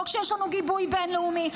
לא כשיש לנו גיבוי בין-לאומי,